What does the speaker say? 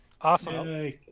Awesome